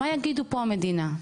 מה יגידו פה המדינה?